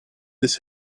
this